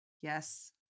yes